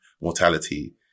mortality